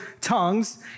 tongues